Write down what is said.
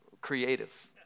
creative